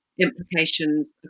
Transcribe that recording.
implications